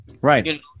Right